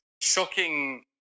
shocking